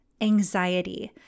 anxiety